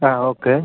ആ ഓക്കെ